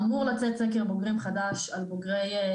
אמור לצאת סקר בוגרים חדש על בוגרי 2018,